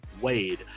Wade